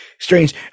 Strange